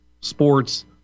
sports